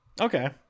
Okay